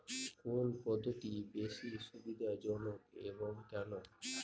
কোন পদ্ধতি বেশি সুবিধাজনক এবং কেন?